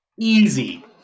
Easy